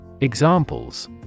Examples